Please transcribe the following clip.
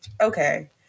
Okay